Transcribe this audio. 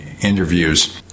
interviews